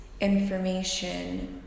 information